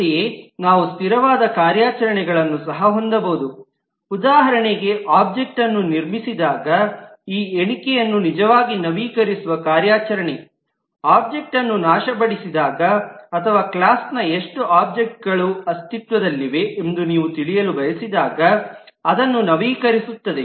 ಅಂತೆಯೇ ನಾವು ಸ್ಥಿರವಾದ ಕಾರ್ಯಾಚರಣೆಗಳನ್ನು ಸಹ ಹೊಂದಬಹುದು ಉದಾಹರಣೆಗೆ ಆಬ್ಜೆಕ್ಟ್ನ್ನು ನಿರ್ಮಿಸಿದಾಗ ಈ ಎಣಿಕೆಯನ್ನು ನಿಜವಾಗಿ ನವೀಕರಿಸುವ ಕಾರ್ಯಾಚರಣೆ ಆಬ್ಜೆಕ್ಟ್ನ್ನು ನಾಶಪಡಿಸಿದಾಗ ಅಥವಾ ಕ್ಲಾಸ್ನ ಎಷ್ಟು ಆಬ್ಜೆಕ್ಟ್ ಗಳು ಅಸ್ತಿತ್ವದಲ್ಲಿವೆ ಎಂದು ನೀವು ತಿಳಿಯಲು ಬಯಸಿದಾಗ ಅದನ್ನು ನವೀಕರಿಸುತ್ತದೆ